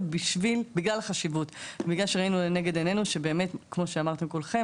בגלל החשיבות ובגלל שראינו לנגד עינינו כמו שאמרתם כולם,